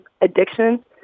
addiction